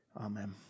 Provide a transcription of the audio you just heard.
Amen